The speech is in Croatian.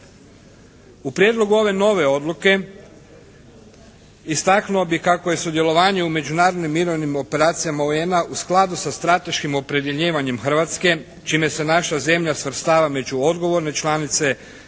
U prijedlogu ove nove odluke istaknuo bih kako je sudjelovanje u međunarodnim mirovnim operacijama UN-a u skladu sa strateškim opredjeljivanjem Hrvatske čime se naša zemlja svrstava među odgovorne članice